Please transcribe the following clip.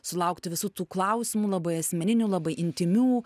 sulaukti visų tų klausimų labai asmeninių labai intymių